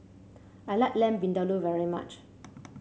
I like Lamb Vindaloo very much